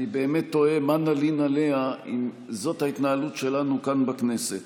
אני באמת תוהה מה נלין עליה אם זאת ההתנהלות שלנו כאן בכנסת.